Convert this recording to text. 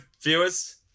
viewers